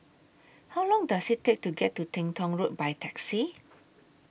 How Long Does IT Take to get to Teng Tong Road By Taxi